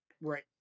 Right